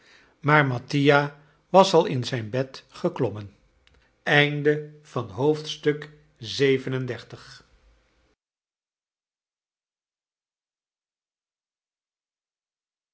maar mattia was al in zijn bed geklommen xxxvii